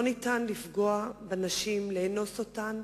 לא ניתן לפגוע בנשים, לאנוס אותן,